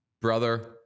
Brother